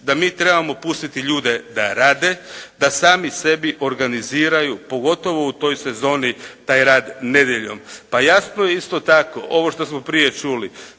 da mi trebamo pustiti ljude da rade, da sami sebi organiziraju pogotovo u toj sezoni taj rad nedjeljom. Pa jasno je isto tako ovo što smo prije čuli.